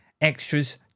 extras